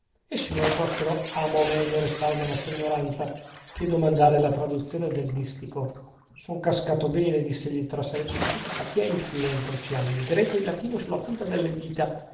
il signor prospero amò meglio restare nella sua ignoranza che domandare la traduzione del distico son cascato bene diss'egli tra sè son tutti sapienti qui dentro ci hanno il greco e il latino sulla punta delle dita